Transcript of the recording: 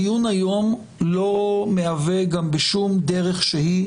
הדיון היום לא מהווה גם בשום דרך שהיא,